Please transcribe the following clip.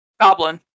Goblin